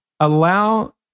Allow